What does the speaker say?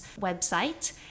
website